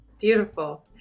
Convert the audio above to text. Beautiful